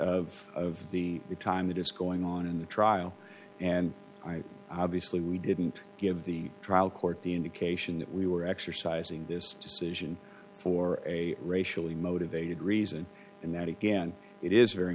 of the time that is going on in the trial and i obviously we didn't give the trial court the indication that we were exercising this decision for a racially motivated reason and that again it is very